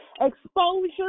Exposure